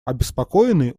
обеспокоенный